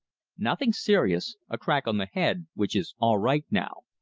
nothing serious a crack on the head, which is all right now.